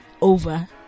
over